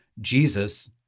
Jesus